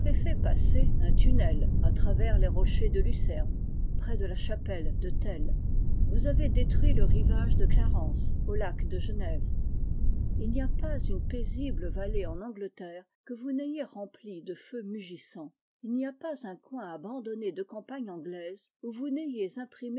un tunnel à travers les rochers de lucerne près de la chapelle de tell vous avez détruit le rivage de clarens au lac de genève h n'y a pas une paisible vallée en angleterre que vous n'ayez remplie de feu mugissant il n'y a pas un coin abandonné de campagne anglaise où vous n'ayez